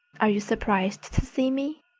are you surprised to see me?